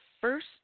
first